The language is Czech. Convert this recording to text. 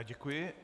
Děkuji.